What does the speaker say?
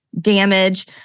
damage